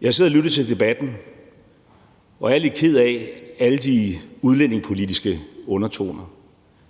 Jeg har siddet og lyttet til debatten og er lidt ked af alle de udlændingepolitiske undertoner,